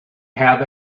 have